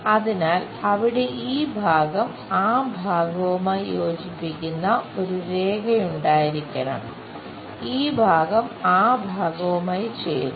അതിനാൽ അവിടെ ഈ ഭാഗം ആ ഭാഗവുമായി യോജിപ്പിക്കുന്ന ഒരു രേഖ ഉണ്ടായിരിക്കണം ഈ ഭാഗം ആ ഭാഗവുമായി ചേരുന്നു